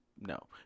No